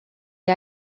est